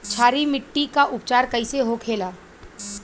क्षारीय मिट्टी का उपचार कैसे होखे ला?